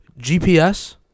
GPS